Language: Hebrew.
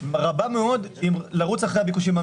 האם אתם כוללים בתוך זה גם תקציב לתגמול לישיבות חברי